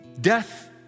Death